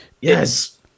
yes